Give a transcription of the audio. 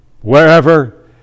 wherever